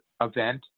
event